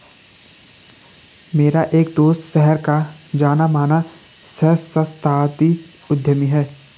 मेरा एक दोस्त शहर का जाना माना सहस्त्राब्दी उद्यमी है